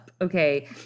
Okay